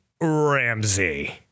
Ramsey